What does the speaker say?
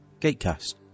Gatecast